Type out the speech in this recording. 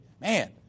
Man